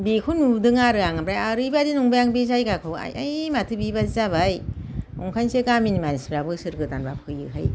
बेखौ नुदों आरो आं ओमफ्राय एरैबायदि नंबाय आं बे जायगाखौ आय आय माथो बेबायदि जाबाय ओंखायसो गामिनि मानसिफ्रा बोसोर गोदानबा फैयोहाय